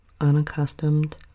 Unaccustomed